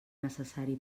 necessari